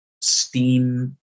steam